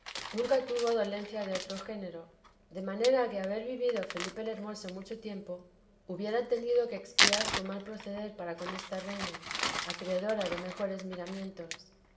nunca tuvo dolencia de otro género de manera que á haber vivido felipe el hermoso mucho tiempo hubiera tenido que espiar su mal proceder para con esta reina acreedora de mejores miramientos